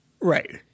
Right